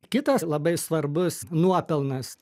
kitas labai svarbus nuopelnas